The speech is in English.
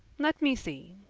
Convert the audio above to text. let me see.